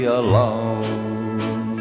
alone